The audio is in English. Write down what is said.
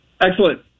Excellent